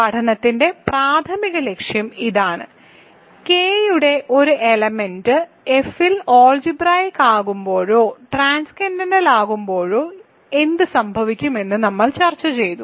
പഠനത്തിന്റെ പ്രാഥമിക ലക്ഷ്യം ഇതാണ് K യുടെ ഒരു എലമെന്റ് F ഇൽ ആൾജിബ്രായിക്ക് ആകുമ്പോഴോ ട്രാൻസ്ക്കൻഡന്റൽ ആകുമ്പോഴോ എന്ത് സംഭവിക്കും എന്ന് നമ്മൾ ചർച്ച ചെയ്തു